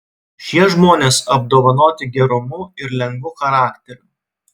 šie žmonės apdovanoti gerumu ir lengvu charakteriu